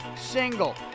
single